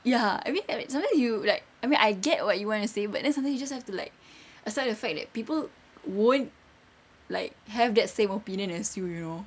ya I mean like sometimes you like I mean I get what you want to say but then sometimes you just have to like accept the fact that people won't like have that same opinion as you you know